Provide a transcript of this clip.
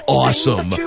awesome